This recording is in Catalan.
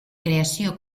creació